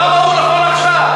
למה הוא נכון עכשיו,